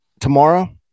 Tomorrow